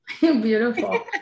Beautiful